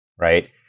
right